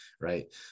Right